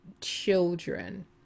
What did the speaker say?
children